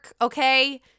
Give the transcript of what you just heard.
Okay